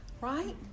right